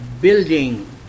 building